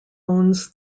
owns